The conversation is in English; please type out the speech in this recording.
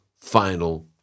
final